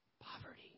poverty